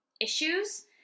issues